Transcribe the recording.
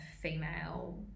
female